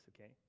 okay